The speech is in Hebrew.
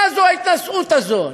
מה זאת ההתנשאות הזאת?